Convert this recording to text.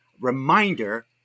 reminder